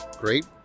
Great